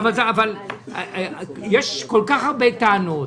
אבל יש כל כך הרבה טענות,